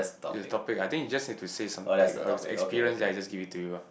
it's a topic I think we just have to say some like uh if it's experience then I just give it to you ah